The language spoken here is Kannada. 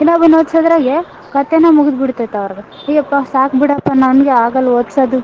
ಇನ್ನೊಬ್ಬನ್ನು ಓದ್ಸೋದ್ರಾಗೆ ಕಥೇನೆ ಮುಗಿದ್ ಬಿಡ್ತೈತೆ ಅವ್ರದ್ದು ಅಯ್ಯಪ್ಪ ಸಾಕು ಬಿಡಪ್ಪ ನನಗೆ ಆಗಲ್ಲ ಓದ್ಸೋದು